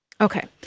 Okay